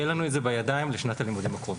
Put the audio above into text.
יהיה לנו בידיים בשנת הלימודים הקרובה.